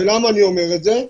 ולמה אני אומר את זה?